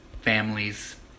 families